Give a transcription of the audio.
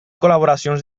col·laboracions